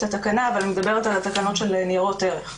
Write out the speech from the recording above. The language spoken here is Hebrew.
התקנה אבל אני מדברת על התקנות של ניירות ערך.